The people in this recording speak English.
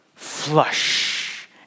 flush